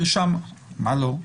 מה לא?